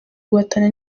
guhatana